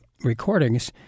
recordings